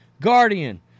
Guardian